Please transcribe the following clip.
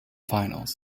finals